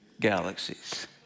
galaxies